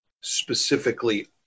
specifically